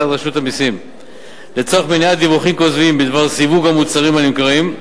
רשות המסים לצורך מניעת דיווחים כוזבים בדבר סיווג המוצרים הנמכרים,